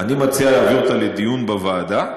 אני מציע להעביר לדיון בוועדה,